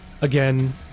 Again